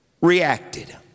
reacted